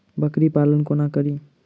बकरी पालन कोना करि?